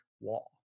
wall